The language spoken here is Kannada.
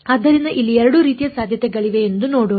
ಆದ್ದರಿಂದ ಇಲ್ಲಿ 2 ರೀತಿಯ ಸಾಧ್ಯತೆಗಳಿವೆ ಎಂದು ನೋಡೋಣ